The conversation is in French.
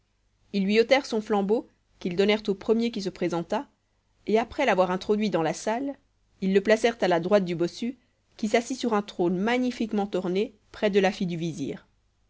ils lui ôtèrent son flambeau qu'ils donnèrent au premier qui se présenta et après l'avoir introduit dans la salle ils le placèrent à la droite du bossu qui s'assit sur un trône magnifiquement orné près de la fille du vizir